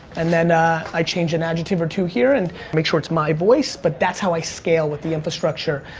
and then i change an adjective or two here, and make sure it's my voice, but that's how i scale with the infrastructure.